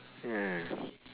ya